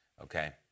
Okay